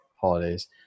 holidays